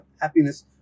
happiness